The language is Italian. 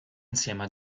insieme